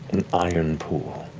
an iron pool.